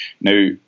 Now